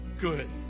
good